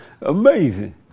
Amazing